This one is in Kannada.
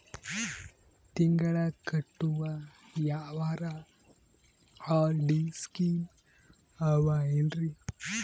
ತಿಂಗಳ ಕಟ್ಟವು ಯಾವರ ಆರ್.ಡಿ ಸ್ಕೀಮ ಆವ ಏನ್ರಿ?